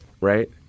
right